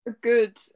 good